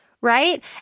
right